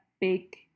big